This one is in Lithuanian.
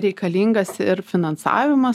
reikalingas ir finansavimas